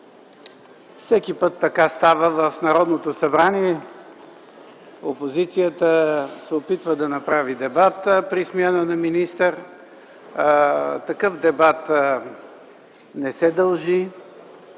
Всеки път така става – в Народното събрание опозицията се опитва да направи дебат при смяна на министър, а такъв не се дължи.